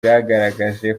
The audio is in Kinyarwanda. bwagaragaje